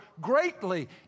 greatly